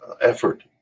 effort